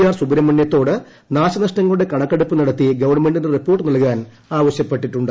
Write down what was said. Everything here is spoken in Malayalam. ആർ സുബ്രഹ്മണ്യത്തോട് നാശനഷ്ടങ്ങളുടെ കണക്കെടുപ്പ് നടത്തി ഗവൺമെന്റിന് റിപ്പോർട്ട് സമർപ്പിക്കാൻ ആവശ്യപ്പെട്ടിട്ടുണ്ട്